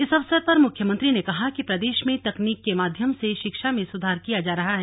इस अवसर पर मुख्यमंत्री ने कहा कि प्रदेश में तकनीक के माध्यम से शिक्षा में सुधार किया जा रहा है